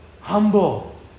humble